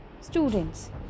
Students